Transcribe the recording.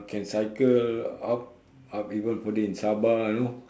can cycle up up even further in sabah you know